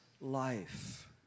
life